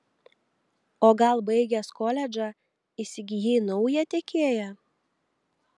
o gal baigęs koledžą įsigijai naują tiekėją